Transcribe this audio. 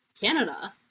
canada